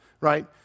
Right